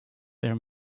their